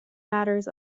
matters